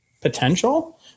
potential